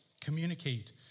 communicate